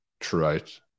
throughout